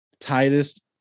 tightest